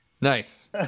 Nice